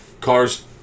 Cars